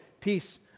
peace